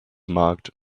marked